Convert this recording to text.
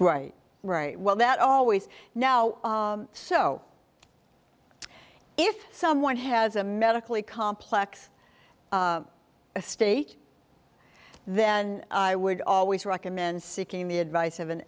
right right well that always now so if someone has a medically complex mistake then i would always recommend seeking the advice of an